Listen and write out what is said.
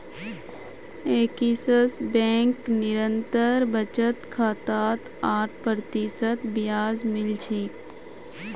axis bank निरंतर बचत खातात आठ प्रतिशत ब्याज मिल छेक